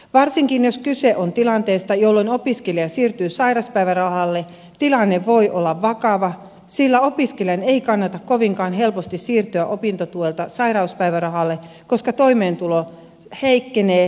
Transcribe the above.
varsinkin jos kyse on tilanteesta jolloin opiskelija siirtyy sairauspäivärahalle tilanne voi olla vakava sillä opiskelijan ei kannata kovinkaan helposti siirtyä opintotuelta sairauspäivärahalle koska toimeentulo heikkenee huomattavasti